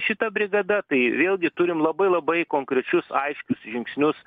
šita brigada tai vėlgi turim labai labai konkrečius aiškius žingsnius